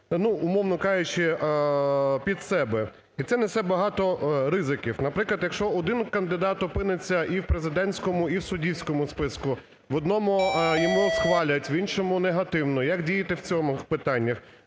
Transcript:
ну, умовно кажучи, під себе. І це несе багато ризиків. Наприклад, якщо один кандидат опиниться і в президентському, і в суддівському списку, в одному його схвалять, в іншому негативно. Як діяти в цьому питанні?